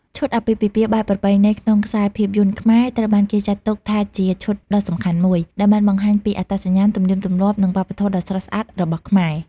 ឈុតអាពាហ៍ពិពាហ៍បែបប្រពៃណីក្នុងខ្សែភាពយន្តខ្មែរត្រូវបានគេចាត់ទុកថាជាឈុតដ៏សំខាន់មួយ ដែលបានបង្ហាញពីអត្តសញ្ញាណ ទំនៀមទម្លាប់ និងវប្បធម៌ដ៏ស្រស់ស្អាតរបស់ខ្មែរ។